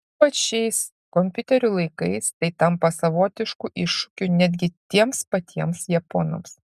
ypač šiais kompiuterių laikais tai tampa savotišku iššūkiu netgi tiems patiems japonams